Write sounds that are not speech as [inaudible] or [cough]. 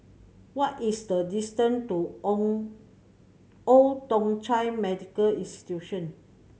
what is the distant to [unintelligible] Old Thong Chai Medical Institution